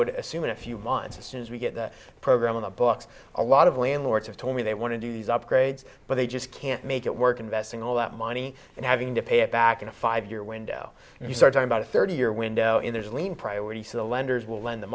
would assume in a few months as soon as we get the program on the books a lot of landlords have told me they want to do these upgrades but they just can't make it work investing all that money and having to pay it back in a five year window and you start talking about a thirty year window in there's a lean priority so the lenders will lend the